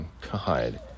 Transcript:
God